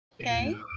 Okay